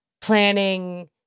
planning